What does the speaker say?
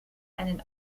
einen